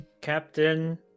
Captain